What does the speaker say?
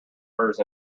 hers